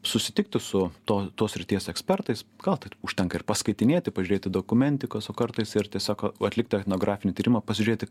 susitikti su to tos srities ekspertais gal tai užtenka ir paskaitinėti pažiūrėti dokumentikos o kartais ir tiesiog atlikti etnografinį tyrimą pasižiūrėti